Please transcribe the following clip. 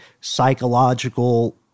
psychological